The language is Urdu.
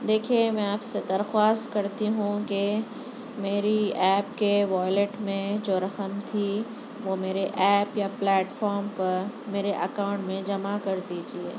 دیکھیے میں آپ سے درخواست کرتی ہوں کہ میری ایپ کے والیٹ میں جو رقم تھی وہ میرے ایپ یا پلیٹ فارم پر میرے اکاؤنٹ میں جمع کر دیجیے